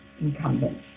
incumbent